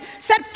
set